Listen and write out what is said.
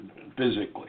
physically